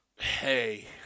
hey